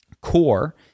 Core